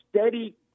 steady